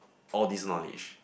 all these knowledge